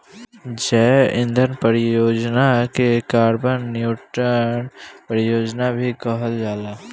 जैव ईंधन परियोजना के कार्बन न्यूट्रल परियोजना भी कहल जाला